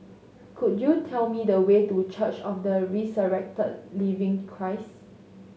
could you tell me the way to Church of the Resurrected Living Christ